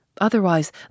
Otherwise